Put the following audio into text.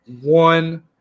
one